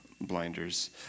blinders